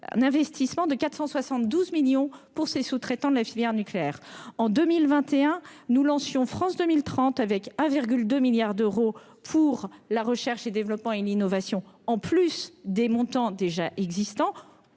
en investissement de 472 millions d'euros pour les sous-traitants de la filière nucléaire. En 2021, nous lancions France 2030, avec 1,2 milliard d'euros pour la recherche et développement, ainsi que l'innovation, qui s'ajoutent aux montants déjà existants.